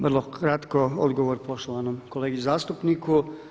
Vrlo kratko, odgovor poštovanom kolegi zastupniku.